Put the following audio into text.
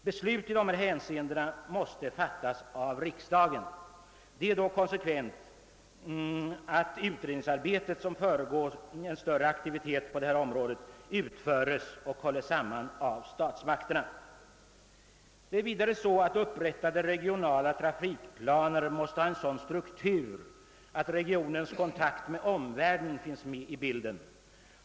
Beslut i dessa hänseenden måste fattas av riksdagen, och det är då konsekvent att det utredningsarbete som föregår en större aktivitet på detta område utförs och hålls samman av statsmakterna. Vidare måste upprättade regionala trafikplaner ha en sådan struktur, att regionens kontakt med omvärlden finns med i bilden.